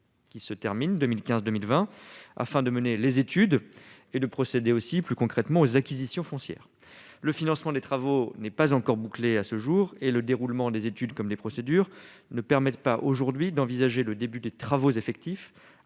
Qui se termine 2015, 2020 afin de mener les études et de procéder aussi plus concrètement aux acquisitions foncières, le financement des travaux n'est pas encore bouclé, à ce jour et le déroulement des études comme les procédures ne permettent pas aujourd'hui d'envisager le début des travaux effectifs